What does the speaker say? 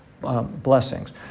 blessings